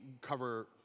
cover